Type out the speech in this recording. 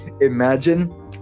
Imagine